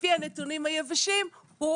לפי הנתונים היבשים הוא